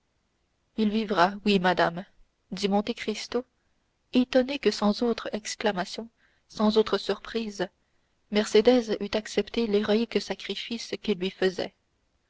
il vivra oui madame dit monte cristo étonné que sans autre exclamation sans autre surprise mercédès eût accepté l'héroïque sacrifice qu'il lui faisait